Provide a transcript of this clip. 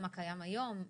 מה קיים היום,